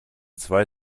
zwei